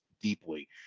deeply